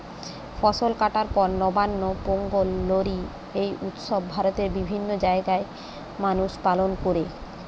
ফসল কাটার পর নবান্ন, পোঙ্গল, লোরী এই উৎসব ভারতের বিভিন্ন জাগায় মানুষ পালন কোরে